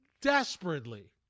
desperately